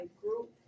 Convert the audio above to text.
group